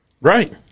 Right